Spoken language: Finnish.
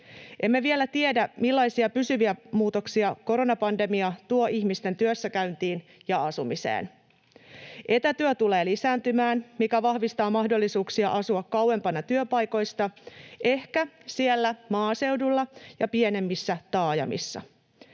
Emme vielä tiedä, millaisia pysyviä muutoksia koronapandemia tuo ihmisten työssäkäyntiin ja asumiseen. Etätyö tulee lisääntymään, mikä vahvistaa mahdollisuuksia asua kauempana työpaikoista, ehkä maaseudulla ja pienemmissä taajamissa.